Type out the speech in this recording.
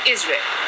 Israel